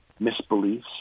misbeliefs